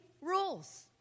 rules